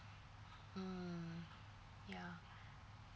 mm ya